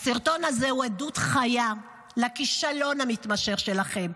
"הסרטון הזה הוא עדות חיה לכישלון המתמשך שלכם.